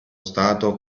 stato